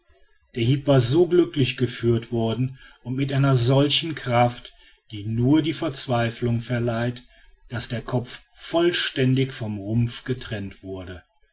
der hieb war so glücklich geführt worden und mit einer solchen kraft die nur die verzweiflung verleiht daß der kopf vollständig vom rumpf getrennt wurde